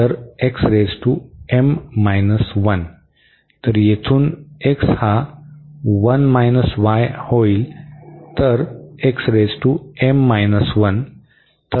तर तर येथून x हा 1 y होईल